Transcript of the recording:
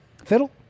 Fiddle